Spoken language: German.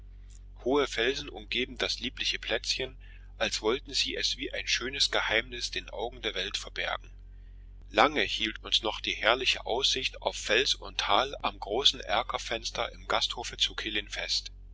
hohe felsen umgeben dies liebliche plätzchen als wollten sie es wie ein schönes geheimnis den augen der welt verbergen lange hielt uns noch die herrliche aussicht auf fels und tal am großen erkerfenster im gasthofe zu killin fest